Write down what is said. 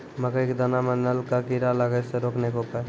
मकई के दाना मां नल का कीड़ा लागे से रोकने के उपाय?